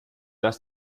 das